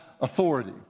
authority